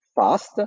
fast